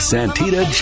Santita